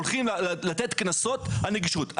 הולכים לתת קנסות על נגישות.